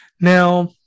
Now